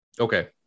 Okay